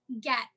get